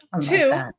Two